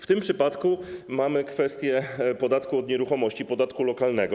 W tym przypadku mamy kwestię podatku od nieruchomości, podatku lokalnego.